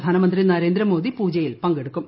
പ്രധാനമന്ത്രി നരേന്ദ്രമോദി പൂജയിൽ പങ്കെടുക്കും